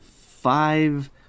five